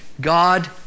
God